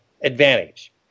advantage